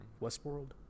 Westworld